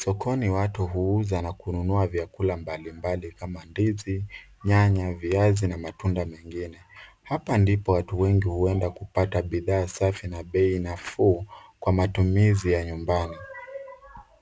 Sokoni watu huuza na kununua vyakula mbalimbali kama ndizi, nyanya , viazi na matunda mengine. Hapa ndipo watu wengi huenda kupata bidhaa safi na bei nafuu kwa matumizi ya nyumbani.